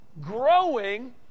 growing